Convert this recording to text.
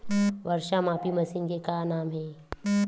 वर्षा मापी मशीन के का नाम हे?